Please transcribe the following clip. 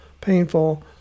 painful